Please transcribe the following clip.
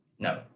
No